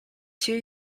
two